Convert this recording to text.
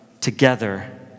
together